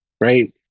right